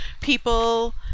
people